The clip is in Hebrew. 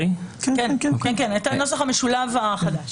תקריאו את הנוסח המשולב החדש.